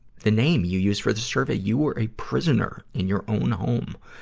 the name you used for the survey, you were a prisoner in your own home.